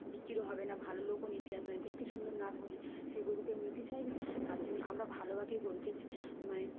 বিক্রি হবে না ভালো লোকও নিতে আসবে না দেখতে সুন্দর না ধরি সে গরু কেউ নিতে চাইবে তার জন্যই আমরা ভালোভাবেই গরুকে মানে